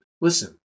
Listen